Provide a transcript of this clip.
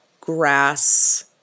grass